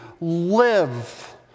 live